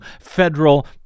federal